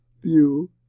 view